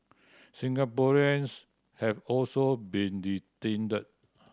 Singaporeans have also been detained